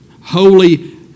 holy